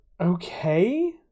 Okay